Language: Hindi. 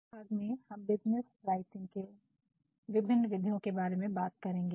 इस भाग में हम बिज़नेस राइटिंग की विभिन्न विधियों के बारे में बात करेंगे